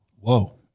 Whoa